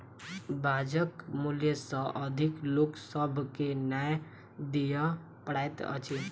बजारक मूल्य सॅ अधिक लोक सभ के नै दिअ पड़ैत अछि